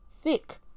thick